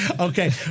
Okay